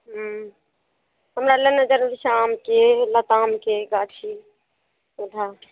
हूँ हमरा लेनाय जरूरी छै आमके लतामके गाछी